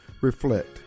reflect